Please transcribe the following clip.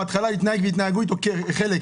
בהתחלה הוא התנהג והתנהגו איתו כחלק,